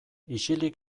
isilik